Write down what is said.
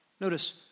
notice